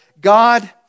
God